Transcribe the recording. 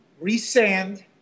re-sand